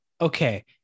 Okay